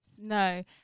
No